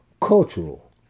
cultural